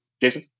Jason